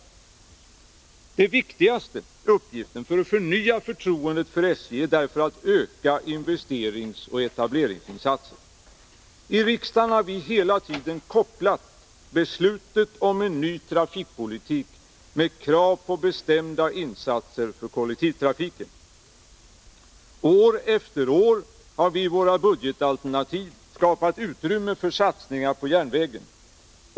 Den viktigaste uppgiften för att förnya förtroendet för SJ är därför att öka investeringsoch etableringsinsatserna.” I riksdagen har vi hela tiden kopplat beslutet om en ny trafikpolitik med krav på bestämda insatser för kollektivtrafiken. År efter år har vi i våra budgetalternativ skapat utrymme för satsningar på järnvägen.